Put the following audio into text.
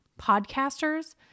podcasters